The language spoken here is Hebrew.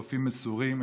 רופאים מסורים,